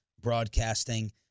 broadcasting